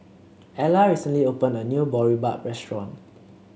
Ela recently opened a new Boribap restaurant